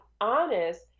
honest